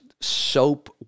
soap